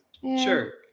Sure